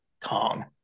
Kong